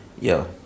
yo